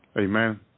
Amen